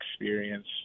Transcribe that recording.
experience